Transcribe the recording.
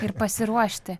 ir pasiruošti